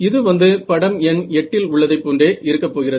இது வந்து படம் எண் 8 இல் உள்ளதைப் போன்றே இருக்கப்போகிறது